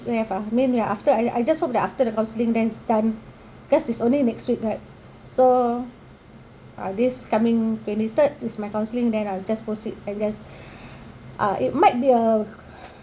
still have ah I mean we after I I just hope that after the counselling then it's done because it's only next week right so uh this coming twenty third is my counselling then I'll just proceed I just uh it might be a